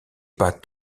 pas